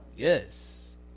Yes